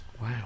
Wow